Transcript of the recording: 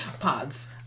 pods